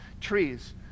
trees